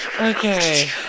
Okay